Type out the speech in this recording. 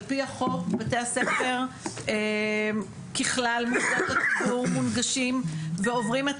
על פי החוק בתי הספר ככלל ונגשים ועוברים את